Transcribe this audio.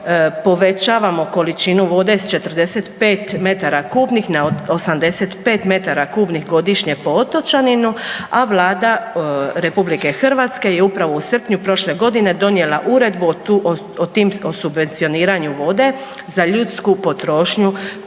povećavamo količinu vode s 45 m3 na 85 m3 po otočaninu. A Vlada RH je upravo u srpnju prošle godine donijela uredbu o tim subvencioniranju vode za ljudsku potrošnju